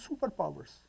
superpowers